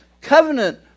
covenant